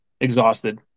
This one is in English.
exhausted